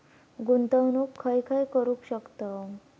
गुंतवणूक खय खय करू शकतव?